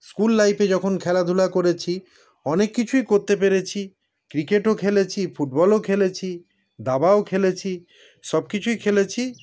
school লাইফে যখন খেলাধুলা করেছি অনেক কিছুই করতে পেরেছি ক্রিকেটও খেলেছি ফুটবলও খেলেছি দাবাও খেলেছি সব কিছুই খেলেছি